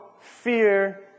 fear